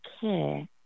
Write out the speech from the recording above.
care